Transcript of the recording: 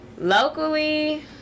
Locally